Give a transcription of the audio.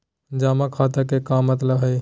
जमा खाता के का मतलब हई?